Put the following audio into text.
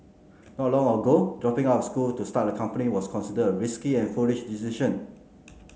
not long ago dropping out of school to start a company was considered a risky and foolish decision